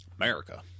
America